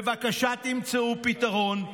בבקשה תמצאו פתרון.